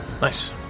Nice